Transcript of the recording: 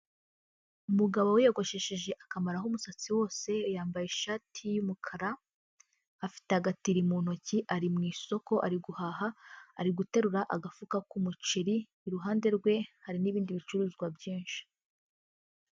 Umugabo wiyogoshesheje akamaroraho umusatsi wose yambaye ishati y'umukara, afite agatiri mu ntoki ari mu isoko ari guhaha ari guterura agafuka k'umuceri iruhande rwe hari n'ibindi bicuruzwa byinshi.